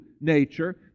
nature